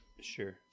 sure